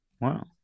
Wow